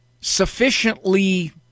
sufficiently